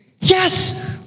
Yes